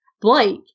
Blake